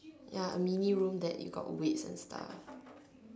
ya a mini room that you got weight and stuff